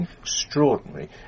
extraordinary